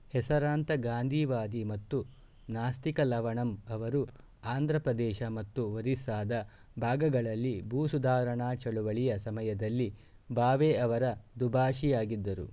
ಹೆಸರಾಂತ ಗಾಂಧಿವಾದಿ ಮತ್ತು ನಾಸ್ತಿಕ ಲವಣಂ ಅವರು ಆಂಧ್ರ ಪ್ರದೇಶ ಮತ್ತು ಒರಿಸ್ಸಾದ ಭಾಗಗಳಲ್ಲಿ ಭೂ ಸುಧಾರಣಾ ಚಳವಳಿಯ ಸಮಯದಲ್ಲಿ ಭಾವೆ ಅವರ ದುಭಾಷಿಯಾಗಿದ್ದರು